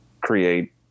create